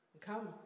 Come